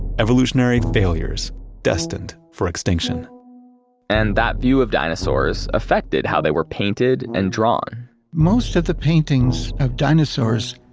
evolutionary failures destined for extinction and that view of dinosaurs affected how they were painted and drawn most of the paintings of dinosaurs,